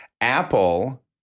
Apple